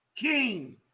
King